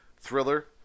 Thriller